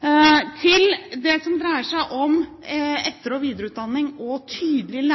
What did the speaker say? Til det som dreier seg om etter- og videreutdanning og tydelig